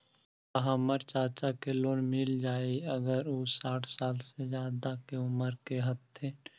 का हमर चाचा के लोन मिल जाई अगर उ साठ साल से ज्यादा के उमर के हथी?